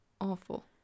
awful